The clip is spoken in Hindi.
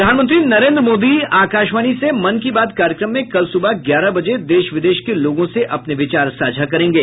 प्रधानमंत्री नरेन्द्र मोदी आकाशवाणी से मन की बात कार्यक्रम में कल सुबह ग्यारह बजे देश विदेश के लोगों से अपने विचार साझा करेंगे